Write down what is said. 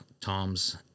toms